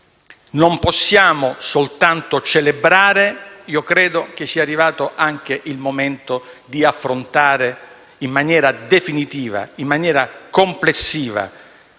non possiamo soltanto celebrare. Credo sia arrivato il momento di affrontare in maniera definitiva e complessiva